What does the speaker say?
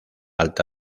alta